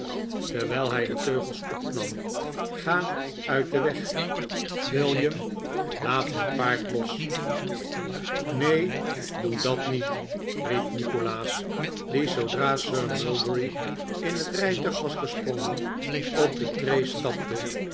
terwijl hij de teugels opnam ga uit den weg william laat het paard los neen doe dat niet riep nikolaas die zoodra sir mulberry in het rijtuig was gesprongen op de tree stapte